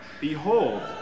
Behold